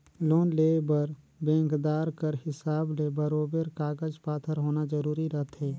loan लेय बर बेंकदार कर हिसाब ले बरोबेर कागज पाथर होना जरूरी रहथे